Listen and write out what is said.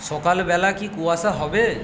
সকালবেলা কি কুয়াশা হবে